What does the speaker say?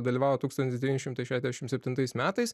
dalyvavo tūkstantis devyni šimtai šedešim septintais metais